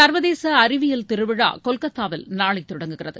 சர்வதேச அறிவியல் திருவிழா கொல்கத்தாவில் நாளை தொடங்குகிறது